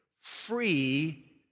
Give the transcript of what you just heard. free